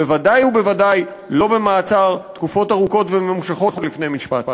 בוודאי ובוודאי לא תקופות ארוכות וממושכות לפני משפט.